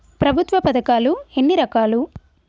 ప్రభుత్వ పథకాలు ఎన్ని రకాలు?